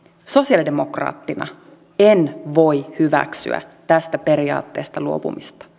sosialidemokraattina en voi hyväksyä tästä periaatteesta luopumista